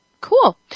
Cool